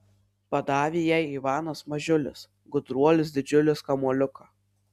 padavė jai ivanas mažiulis gudruolis didžiulis kamuoliuką